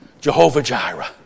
Jehovah-Jireh